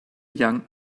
young